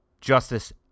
Justice